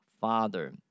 father